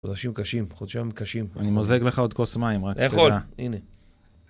חודשים קשים, חודשים קשים. אני מוזג לך עוד כוס מים, רק שתדע. הנה.